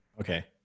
Okay